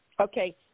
Okay